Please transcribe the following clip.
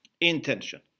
intention